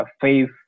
faith